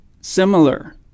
Similar